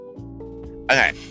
okay